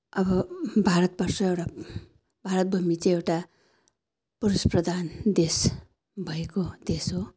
अब भारतवर्ष एउटा भारत भूमि चाहि एउटा पुरुष प्रधान देश भएको देश हो